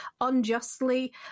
unjustly